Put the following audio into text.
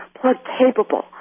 plug-capable